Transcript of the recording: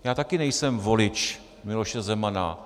Já taky nejsem volič Miloše Zemana.